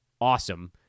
awesome